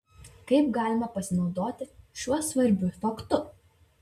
kaip galima pasinaudoti šiuo svarbiu faktu